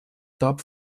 top